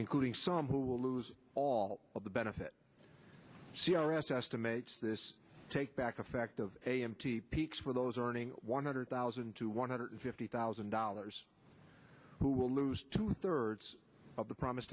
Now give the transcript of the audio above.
including some who will lose all of the benefit c r s estimates this take back effect of a m t piques for those earning one hundred thousand to one hundred fifty thousand dollars who will lose two thirds of the promise